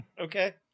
Okay